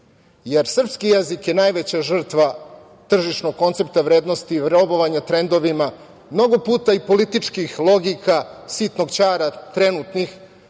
jezik. Srpski jezik je najveća žrtva tržišnog koncepta vrednosti, robovanja trendovima, mnogo puta i političkih logika, sitnog ćara trenutnih.